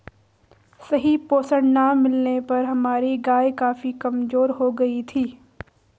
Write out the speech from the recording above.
सही पोषण ना मिलने पर हमारी गाय काफी कमजोर हो गयी थी